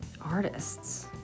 Artists